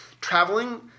traveling